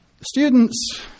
Students